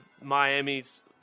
Miami's